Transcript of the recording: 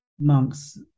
monks